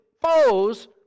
foes